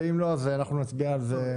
ואם לא אז אנחנו נצביע על זה.